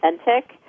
authentic